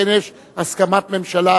שכן יש הסכמת ממשלה,